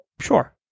Sure